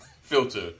filter